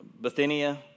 Bithynia